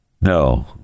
No